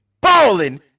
balling